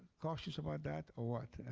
cautious about that or what?